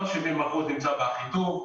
לא 70 אחוזים נמצאים באחיטוב.